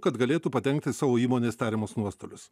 kad galėtų padengti savo įmonės tariamus nuostolius